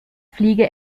fliege